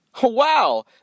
Wow